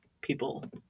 people